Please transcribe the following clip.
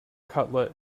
cutlet